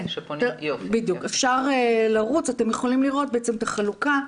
אפשר לראות את החלוקה.